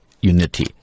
unity